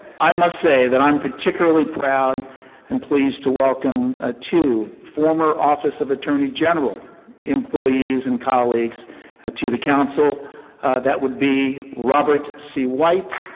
i must say that i'm particularly proud and pleased to welcome ah two former office of attorney general employees and colleagues ah to the council that would be robert c. white.